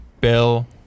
Bill